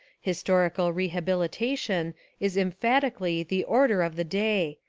historical rehabilitation is emphatically the or der of the day,